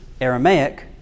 Aramaic